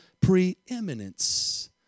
preeminence